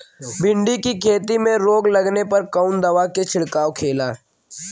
भिंडी की खेती में रोग लगने पर कौन दवा के छिड़काव खेला?